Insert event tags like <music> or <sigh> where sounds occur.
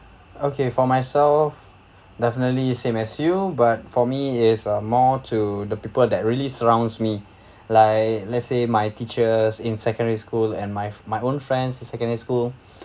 okay for myself definitely same as you but for me is uh more to the people that really surrounds me <breath> like let's say my teachers in secondary school and my fr~ my own friends in secondary school